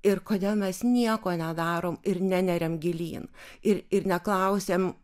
ir kodėl mes nieko nedarom ir neneriam gilyn ir ir neklausiam